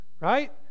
right